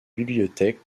bibliothèque